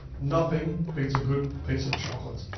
nothing beats a good piece of chocolate.